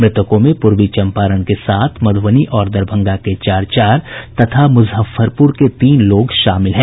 मृतकों में पूर्वी चम्पारण के सात मधूबनी और दरभंगा के चार चार तथा मुजफ्फरपुर तीन लोग शामिल हैं